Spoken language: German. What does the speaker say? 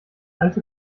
alte